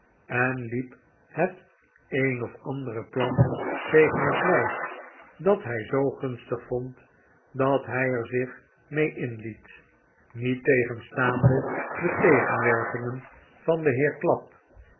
en liep het een of andere plan tegen het lijf dat hij zoo gunstig vond dat hij er zich mee inliet niettegenstaande de tegenwerpingen van den heer clapp